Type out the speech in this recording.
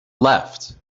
left